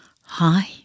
hi